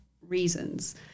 reasons